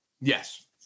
Yes